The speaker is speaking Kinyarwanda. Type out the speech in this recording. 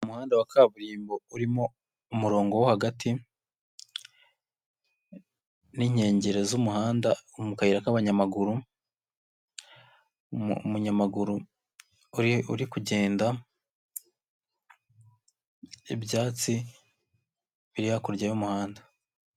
Umuhanda wa kaburimbo urimo umurongo wo hagati, n'inkengero z'umuhanda mu kayira k'abanyamaguru, umunyamaguru uri kugenda, ibyatsi biri hakurya y'umuhanda.